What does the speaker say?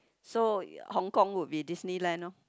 so Hong-Kong would be Disneyland orh